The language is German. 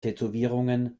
tätowierungen